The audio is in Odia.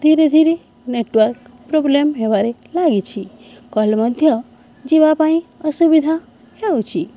ଧୀରେ ଧୀରେ ନେଟୱାର୍କ ପ୍ରୋବ୍ଲେମ୍ ହେବାରେ ଲାଗିଛି କଲ୍ ମଧ୍ୟ ଯିବା ପାଇଁ ଅସୁବିଧା ହେଉଛି